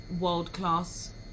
world-class